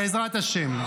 בעזרת השם.